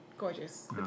Gorgeous